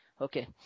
Okay